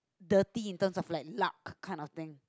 dirty in terms of like luck kinds of thing